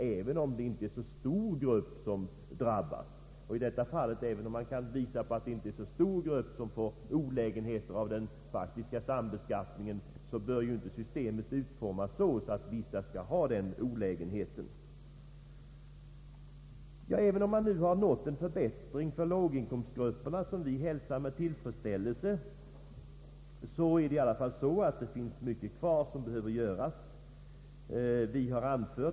Även om den föreslagna sambeskattningen inte medför olägenheter för en så stor grupp bör ju inte systemet utformas så. Fastän man nu har uppnått en förbättring för låginkomstgrupperna, vilken vi hälsar med tillfredsställelse, finns det mycket kvar att uträtta för dem.